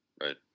Right